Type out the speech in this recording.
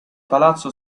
palazzo